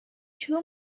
two